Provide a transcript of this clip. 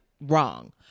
wrong